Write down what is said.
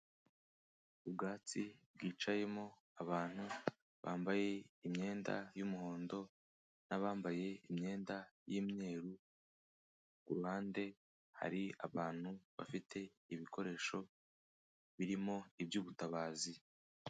Ubwatsi bwicayemo abantu bambaye imyenda y'umuhondo n'abambaye imyenda y'imyeru, ku ruhande hari abantu bafite ibikoresho birimo iby'ubutabazi.